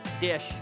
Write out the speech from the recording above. dish